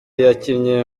yakinnye